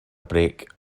break